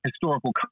historical